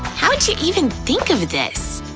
how'd you eve and think of this?